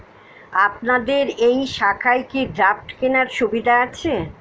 আপনাদের এই শাখায় কি ড্রাফট কেনার সুবিধা আছে?